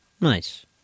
Nice